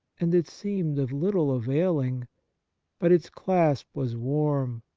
and it seemed of little availing but its clasp was warm,